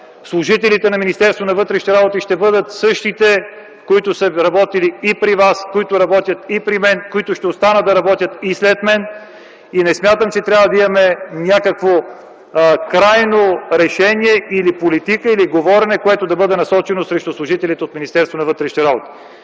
на вътрешните работи ще бъдат същите, които са работили и при вас, които работят и при мен, които ще останат да работят и след мен. Не смятам, че трябва да имаме някакво крайно решение или политика, или говорене, което да бъде насочено срещу служителите от